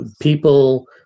people